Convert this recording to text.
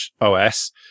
OS